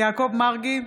יעקב מרגי,